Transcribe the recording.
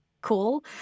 Cool